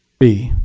b.